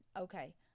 Okay